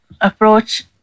approach